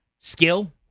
skill